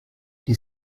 die